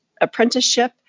apprenticeship